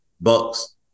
Bucks